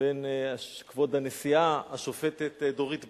בין כבוד הנשיאה, השופטת דורית בייניש,